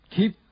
Keep